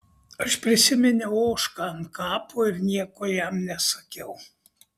aš prisiminiau ožką ant kapo ir nieko jam nesakiau